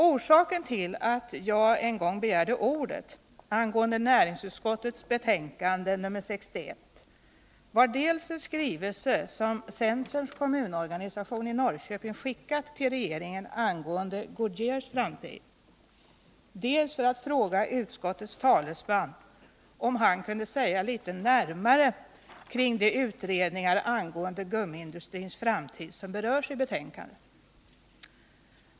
Orsaken till att jag en gång begärde ordet i debatten om näringsutskottets betänkande 61 var dels en skrivelse som centerns kommunorganisation i Norrköping skickat till regeringen om Goodyears framtid, dels ett behov av att fråga utskottets talesman om han kunde säga någonting närmare om de utredningar angående gummiindustrins framtid som berörs i betänkandet.